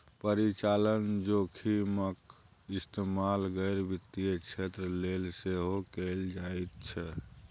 परिचालन जोखिमक इस्तेमाल गैर वित्तीय क्षेत्र लेल सेहो कैल जाइत छै